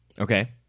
Okay